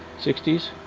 sixty s?